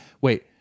wait